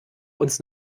uns